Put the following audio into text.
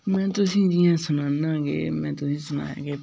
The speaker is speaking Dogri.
में तुसेंगी जि'यां सनान्ना कि में तुसेंगी सनाया कि